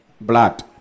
blood